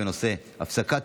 כמובן,